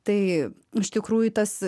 tai iš tikrųjų tas